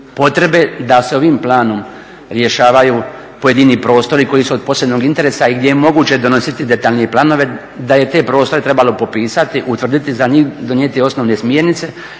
potrebe da se ovim planom rješavaju pojedini prostori koji su od posebnog interesa i gdje je moguće donositi detaljnije planove, da je te prostore trebalo popisati, utvrditi, za njih donijeti osnovne smjernice